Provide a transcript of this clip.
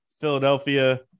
philadelphia